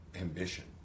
ambition